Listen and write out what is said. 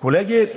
Колеги,